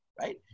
right